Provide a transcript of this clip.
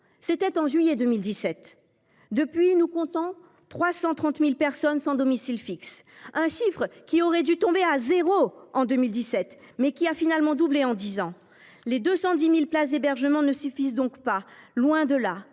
datent de juillet 2017. Depuis, nous comptons 330 000 personnes sans domicile fixe, un chiffre qui aurait dû tomber à zéro en 2017, mais qui a finalement doublé en dix ans. Les 210 000 places d’hébergement ne suffisent donc pas, loin de là.